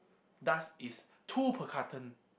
dust is two per carton